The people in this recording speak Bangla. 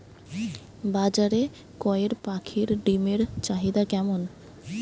বাজারে কয়ের পাখীর ডিমের চাহিদা কেমন?